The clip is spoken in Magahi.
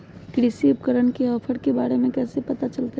कृषि उपकरण के ऑफर के बारे में कैसे पता चलतय?